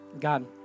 God